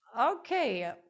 okay